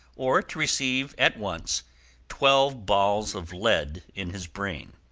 or to receive at once twelve balls of lead in his brain.